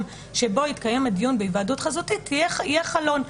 שבו יתקיים הדיון בהיוועדות חזותית יהיה חלון.